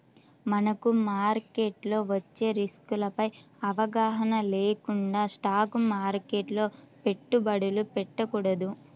మనకు మార్కెట్లో వచ్చే రిస్కులపై అవగాహన లేకుండా స్టాక్ మార్కెట్లో పెట్టుబడులు పెట్టకూడదు